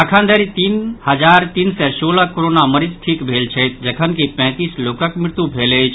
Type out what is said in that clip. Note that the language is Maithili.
अखन धरि तीन हजार तीन सय सोलह कोरोना मरीज ठीक भेल छथि जखनकि पैंतीस लोकक मृत्यु भेल अछि